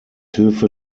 hilfe